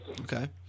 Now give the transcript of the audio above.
Okay